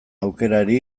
aukerari